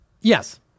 yes